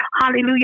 Hallelujah